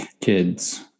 kids